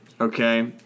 Okay